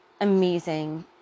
amazing